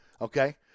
Okay